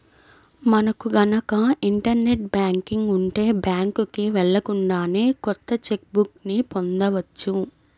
మనకు గనక internet banking ఉంటే బ్యాంకుకి వెళ్ళకుండానే కొత్త చెక్ బుక్ ని పొందవచ్చు